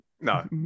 No